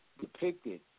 depicted